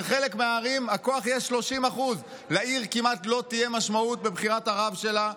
ובחלק מהערים הכוח הוא 30%. לעיר כמעט לא תהיה משמעות בבחירת הרב שלה,